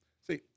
see